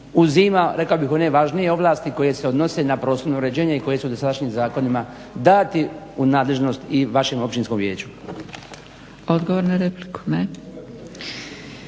uzima rekao bih one važne ovlasti koje se odnose na prostorno uređenje i koje su dosadašnjim zakonima dati u nadležnost i vašem općinskom vijeću. **Zgrebec,